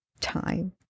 time